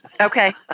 Okay